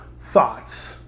thoughts